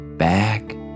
back